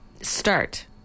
start